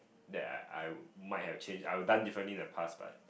that I I might change I would done differently in the past but